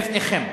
בפניכם.